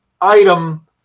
item